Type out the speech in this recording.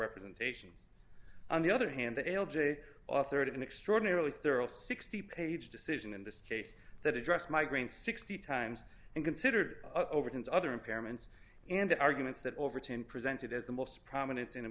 representations on the other hand that l j authored an extraordinarily thorough sixty page decision in this case that addressed migraine sixty times and considered overton's other impairments and arguments that overton presented as the most prominent